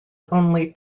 only